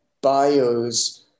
bios